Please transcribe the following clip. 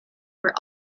were